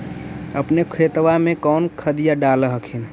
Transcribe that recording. अपने खेतबा मे कौन खदिया डाल हखिन?